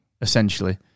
essentially